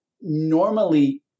normally